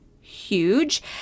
huge